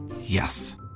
Yes